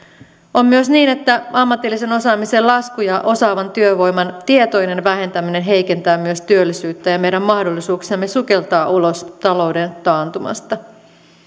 on myös niin että ammatillisen osaamisen lasku ja osaavan työvoiman tietoinen vähentäminen heikentävät myös työllisyyttä ja meidän mahdollisuuksiamme sukeltaa ulos talouden taantumasta